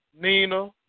Nina